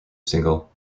single